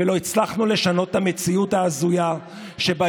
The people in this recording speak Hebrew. לא הצלחנו לשנות את המציאות ההזויה שבה